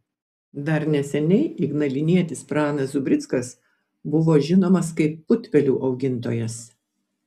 dar neseniai ignalinietis pranas zubrickas buvo žinomas kaip putpelių augintojas